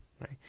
right